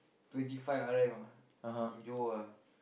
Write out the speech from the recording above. twenty five R_M ah in Johor ah